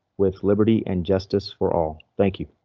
with liberty and justice for all. thank you.